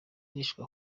yarishwe